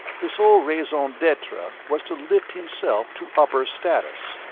his whole raison d'etre was to lift himself to upper status.